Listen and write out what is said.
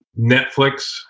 Netflix